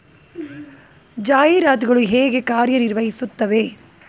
ಜಾಹೀರಾತುಗಳು ಹೇಗೆ ಕಾರ್ಯ ನಿರ್ವಹಿಸುತ್ತವೆ?